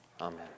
Amen